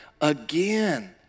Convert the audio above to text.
again